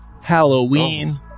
Halloween